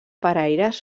paraires